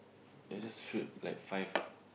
ya just shoot like five